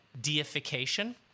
deification